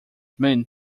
meant